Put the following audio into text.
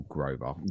Grover